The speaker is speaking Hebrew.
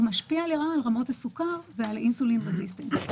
משפיע לרעה על רמות הסוכר ועל האינסולין רזיסטנס.